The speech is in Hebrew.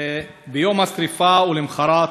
ביום השרפה ולמחרת,